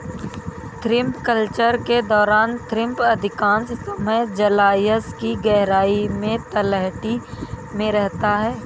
shrimp culture के दौरान shrimp अधिकांश समय जलायश की गहराई में तलहटी में रहता है